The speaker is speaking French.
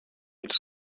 ils